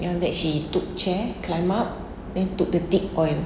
yang then she took chair climb up then took the teak oil